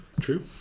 True